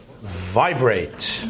vibrate